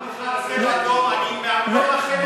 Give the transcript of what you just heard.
"צבע אדום" אני לא מאחל לאף ילד,